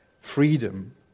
freedom